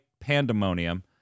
pandemonium